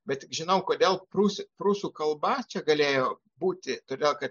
bet žinau kodėl prūsai prūsų kalba čia galėjo būti todėl kad